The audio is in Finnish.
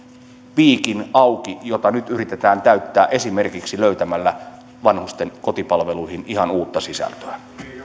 piikin auki jota nyt yritetään täyttää esimerkiksi löytämällä vanhusten kotipalveluihin ihan uutta sisältöä